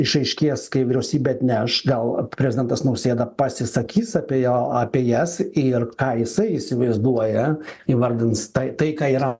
išaiškės kai vyriausybė atneš gal prezidentas nausėda pasisakys apie ją apie jas ir ką jisai įsivaizduoja įvardins tai tai ką yra